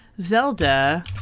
Zelda